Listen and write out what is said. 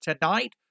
Tonight